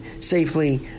safely